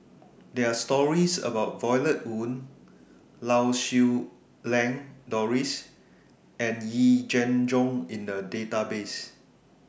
There Are stories about Violet Oon Lau Siew Lang Doris and Yee Jenn Jong in The Database